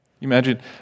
Imagine